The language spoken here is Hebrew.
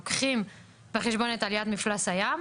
לוקחים בחשבון את עליית מפלס הים,